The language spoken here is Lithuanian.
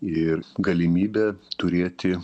ir galimybė turėti